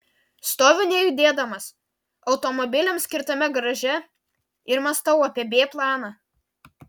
stoviu nejudėdamas automobiliams skirtame garaže ir mąstau apie b planą